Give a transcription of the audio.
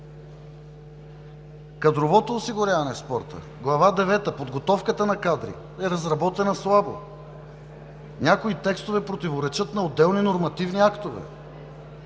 Кадровото осигуряване в спорта – Глава девета – „Подготовка на кадри“ е разработена слабо. Някои текстове противоречат на отделни нормативни актове.